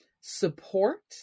support